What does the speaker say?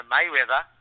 Mayweather